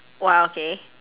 !wah! okay